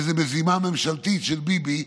וזו מזימה ממשלתית של ביבי,